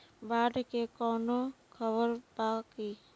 बाढ़ के कवनों खबर बा की?